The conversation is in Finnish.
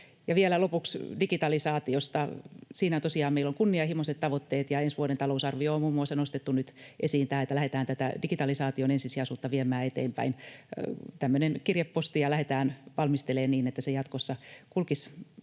Vielä lopuksi digitalisaatiosta: Siinä tosiaan meillä on kunnianhimoiset tavoitteet ja ensi vuoden talousarvioon on muun muassa nostettu nyt esiin, että lähdetään digitalisaation ensisijaisuutta viemään eteenpäin. Kirjepostia lähdetään valmistelemaan niin, että se jatkossa kulkisi